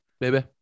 Baby